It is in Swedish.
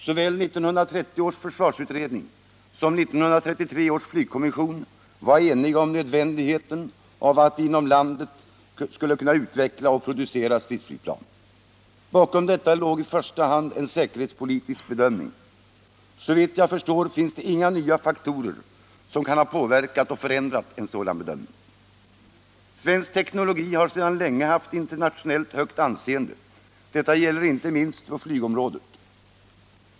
Såväl 1930 års försvarsutredning som 1933 års flygkommission var eniga om nödvändigheten av att vi inom landet skulle kunna utveckla och producera stridsflygplan. Bakom detta låg i första hand en säkerhetspolitisk bedömning. Såvitt jag förstår finns det inga nya faktorer som kan ha påverkat och förändrat en sådan bedömning. Svensk teknologi har sedan länge haft internationellt högt anseende. Detta gäller inte minst på flygets område.